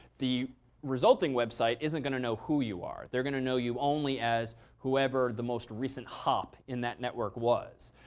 the resulting website isn't going to know who you are. they're going to know you only as whoever the most recent hop in that network was.